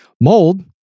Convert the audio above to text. Mold